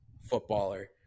footballer